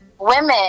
Women